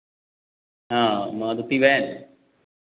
हाँ मारुती वैन